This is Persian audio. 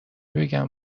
بگم